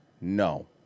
No